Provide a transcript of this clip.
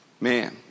Man